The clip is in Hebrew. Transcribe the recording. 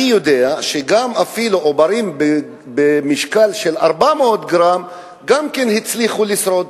אני יודע שאפילו עוברים במשקל של 400 גרם הצליחו לשרוד.